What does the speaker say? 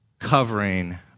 covering